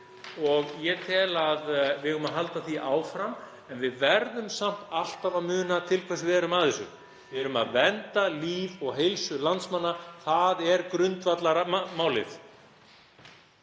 og ég tel að við eigum að halda því áfram. En við verðum samt alltaf að muna til hvers við erum að þessu. Við erum að vernda líf og heilsu landsmanna. Það er grundvallarmálið.